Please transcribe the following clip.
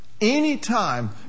anytime